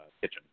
kitchen